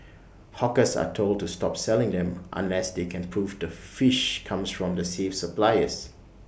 hawkers are told to stop selling them unless they can prove the fish comes from the safe suppliers